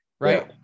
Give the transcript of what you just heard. right